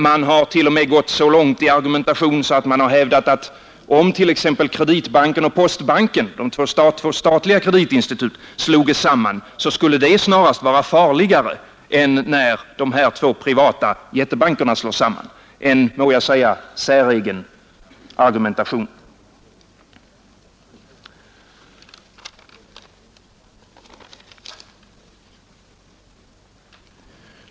Man har t.o.m. gått så långt i argumentationen att man har hävdat att om t.ex. Kreditbanken och postbanken, de två statliga kreditinstituten, sloges samman, så skulle det snarast vara farligare än när de här två privata jättebankerna slås samman — en, må jag säga, säregen argumentation.